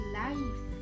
life